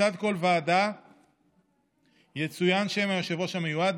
לצד כל ועדה יצוין שם היושב-ראש המיועד.